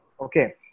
Okay